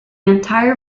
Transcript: entire